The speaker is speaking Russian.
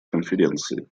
конференции